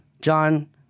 John